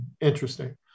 interesting